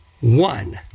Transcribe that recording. one